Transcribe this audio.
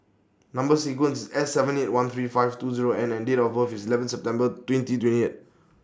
Number sequence IS S seven eight one three five two Zero N and Date of birth IS eleven September twenty twenty eight